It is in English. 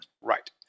Right